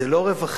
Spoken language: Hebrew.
זה לא רווחים,